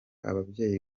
ababyeyi